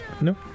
No